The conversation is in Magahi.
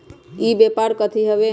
ई व्यापार कथी हव?